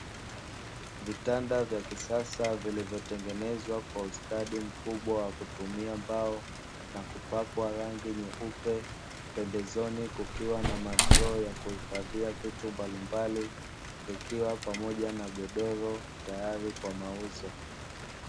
Vitanda vya kisasa vilivyotengenezwa kwa ustadi mkubwa wa kutumia mbao na kupakwa rangi nyeupe. Pembezoni kukiwa na madroo ya kuhifadhia vitu mbalimbali ikiwa pamoja na godoro, tayari kwa mauzo.